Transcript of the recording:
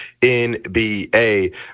NBA